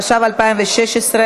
התשע"ו 2016,